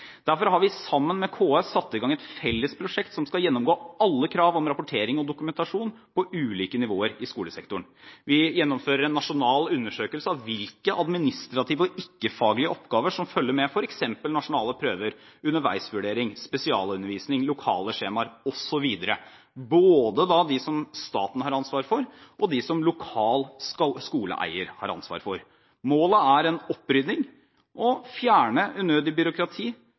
Derfor har vi sammen med KS satt i gang et felles prosjekt som skal gjennomgå alle krav om rapportering og dokumentasjon på ulike nivåer i skolesektoren. Vi gjennomfører en nasjonal undersøkelse av hvilke administrative og ikke-faglige oppgaver som følger med f.eks. nasjonale prøver, underveisvurdering, spesialundervisning, lokale skjemaer osv., både de som staten har ansvar for, og de som lokal skoleeier har ansvar for. Målet er en opprydding – å fjerne unødig byråkrati,